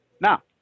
now